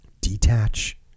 Detach